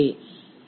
నీకు